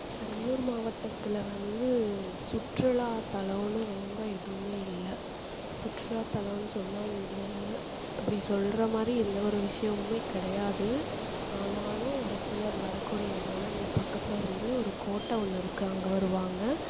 பெரம்பலூர் மாவட்டத்தில் வந்து சுற்றுலாத்தலன்னு ரொம்ப எதுவும் இல்லை சுற்றுலாத்தலம்னு சொன்னால் இங்கே அப்படி சொல்லுற மாதிரி எந்த ஒரு விஷயமும் கிடையாது ஆனாலும் ஒரு சிலர் வரக்கூடிய இடம்னா இங்கே பக்கத்தில் வந்து ஒரு கோட்டை ஒன்று இருக்குது அங்கே வருவாங்க